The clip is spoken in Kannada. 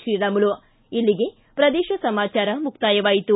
ಶ್ರೀರಾಮುಲು ಇಲ್ಲಿಗೆ ಪ್ರದೇಶ ಸಮಾಚಾರ ಮುಕ್ತಾಯವಾಯಿತು